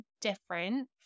different